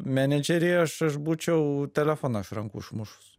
menedžerė aš aš būčiau telefoną iš rankų išmušus